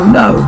no